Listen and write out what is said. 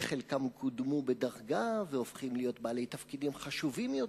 וחלקם קודמו בדרגה והופכים להיות בעלי תפקידים חשובים יותר,